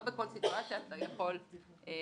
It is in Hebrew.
לא בכל סיטואציה אתה יכול להקפיא,